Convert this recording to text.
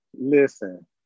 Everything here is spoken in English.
Listen